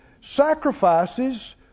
sacrifices